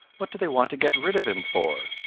what do they want to get rid of him for.